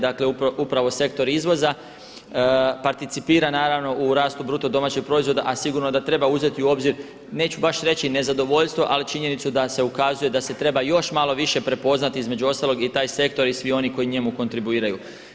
Dakle upravo sektor izvoza participira u rastu BDP-a a sigurno da treba uzeti u obzir neću baš reći nezadovoljstvo ali činjenicu da se ukazuje da se treba još malo više prepoznati između ostalog i taj sektor i svi oni koji njemu kontribuiraju.